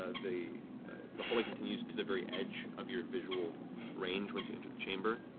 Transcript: ah the the hallway continues to the very edge of your visual range once you enter the chamber.